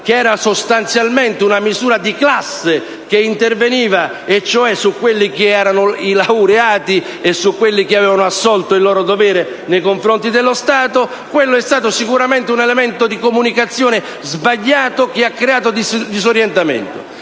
che era sostanzialmente una misura di classe che interveniva su quelli che erano i laureati e su quelli avevano assolto il loro dovere nei confronti dello Stato, vi è stato sicuramente un elemento di comunicazione sbagliato che ha creato disorientamento.